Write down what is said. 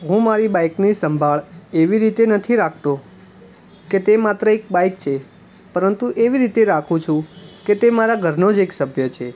હું મારી બાઇકની સંભાળ એવી રીતે નથી રાખતો કે તે માત્ર એક બાઇક છે પરંતુ એવી રીતે રાખું છુ કે તે મારા ઘરનો જ એક સભ્ય છે